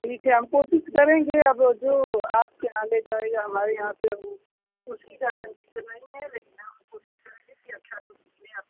ठीक है हम कोशिश करेंगे अब जो आपके यहाँ ले जाएगा हमारे यहाँ से अब उसकी गारंटी तो नहीं है लेकिन अब कोशिश करेंगे कि अच्छा दूध मिले आपको